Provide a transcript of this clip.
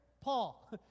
Paul